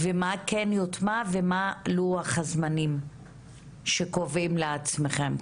מה כן יוטמע ומה לוח הזמנים שקובעים לעצמכם?